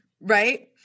right